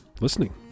listening